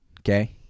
Okay